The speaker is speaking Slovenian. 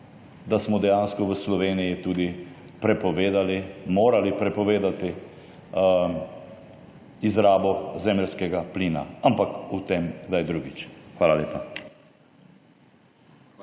da smo dejansko v Sloveniji tudi prepovedali, morali prepovedati izrabo zemeljskega plina. Ampak o tem kdaj drugič. Hvala lepa.